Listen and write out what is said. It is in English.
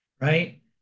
right